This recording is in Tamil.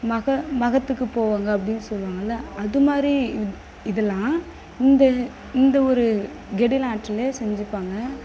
மக மகத்துக்கு போவாங்க அப்படின்னு சொல்லுவாங்கல்ல அதுமாதிரி இதெல்லாம் இந்த இந்த ஒரு கெடில ஆற்றிலே செஞ்சிப்பாங்க